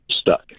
stuck